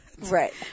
Right